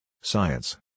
Science